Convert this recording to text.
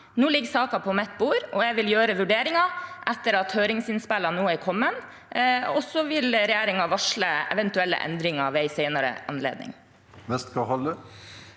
Nå ligger saken på mitt bord, og jeg vil gjøre vurderinger etter at høringsinnspillene nå er kommet, og så vil regjeringen varsle eventuelle endringer ved en senere anledning. Lene